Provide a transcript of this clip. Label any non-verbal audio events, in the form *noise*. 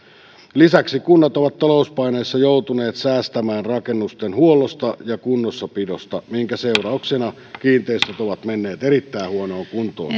lisäksi kunnat ovat talouspaineissa joutuneet säästämään rakennusten huollosta ja kunnossapidosta minkä seurauksena kiinteistöt ovat menneet erittäin huonoon kuntoon *unintelligible*